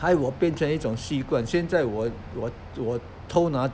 害我变成一种习惯现在我我我偷拿